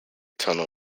tunnel